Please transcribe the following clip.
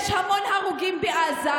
יש המון הרוגים בעזה.